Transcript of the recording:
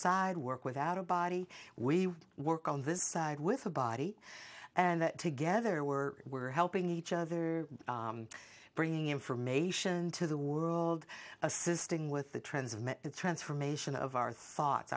side work without a body we work on this side with a body and together we're were helping each other bringing information to the world assisting with the transmit the transformation of our thoughts